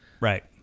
Right